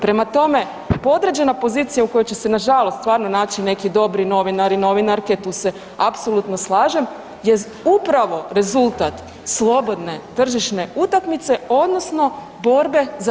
Prema tome, podređena pozicija u kojoj će se nažalost stvarno naći neki dobri novinari, novinarke tu se apsolutno slažem je upravo rezultat slobodne tržišne utakmice odnosno borbe za